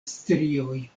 strioj